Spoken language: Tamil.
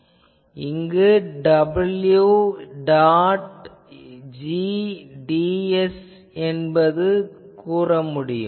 இங்கு w டாட் g ds என்பதைக் கூற முடியும்